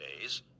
days